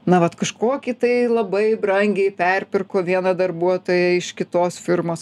na vat kažkokį tai labai brangiai perpirko vieną darbuotoją iš kitos firmos